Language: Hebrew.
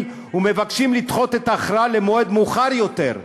ומבקשים לדחות את ההכרעה למועד מאוחר יותר.